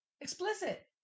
explicit